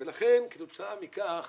ולכן כתוצאה מכך